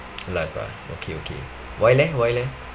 life ah okay okay why leh why leh